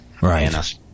right